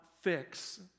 fix